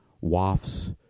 wafts